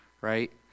right